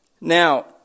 Now